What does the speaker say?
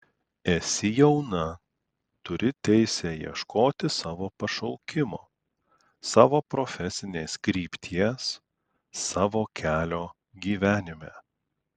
esi jauna turi teisę ieškoti savo pašaukimo savo profesinės krypties savo kelio gyvenime